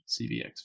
cvx